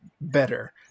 better